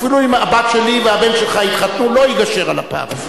אפילו אם הבת שלי והבן שלך יתחתנו לא נגשר על הפער הזה.